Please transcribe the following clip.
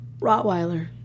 Rottweiler